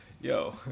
Yo